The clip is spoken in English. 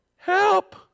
help